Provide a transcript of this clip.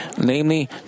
Namely